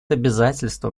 обязательство